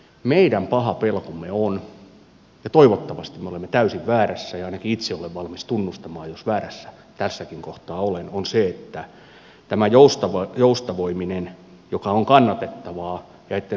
meidän paha pelkomme on toivottavasti me olemme täysin väärässä ja ainakin itse olen valmis tunnustamaan jos väärässä tässäkin kohtaa olen että tämä joustavoiminen joka on kannatettavaa etten sanoisi välttämätöntä tässä maassa